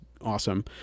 awesome